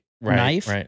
knife